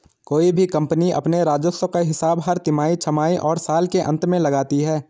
कोई भी कम्पनी अपने राजस्व का हिसाब हर तिमाही, छमाही और साल के अंत में लगाती है